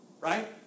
Right